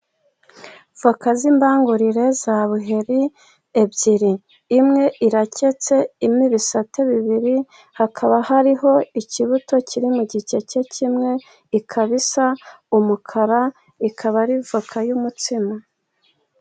Voka z'imbangurire za buheri ebyiri, imwe iraketse irimo ibisate bibiri, hakaba hariho ikibuto kiri mu gikeke, ikaba isa umukara ikaba ari voka y'umutsima.